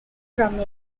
from